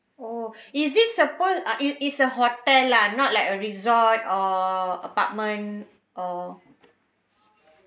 oh is it suppose ah is is a hotel lah not like a resort or apartment or